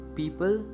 people